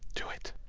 do it.